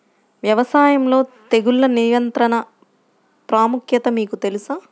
వ్యవసాయంలో తెగుళ్ల నియంత్రణ ప్రాముఖ్యత మీకు తెలుసా?